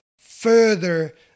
further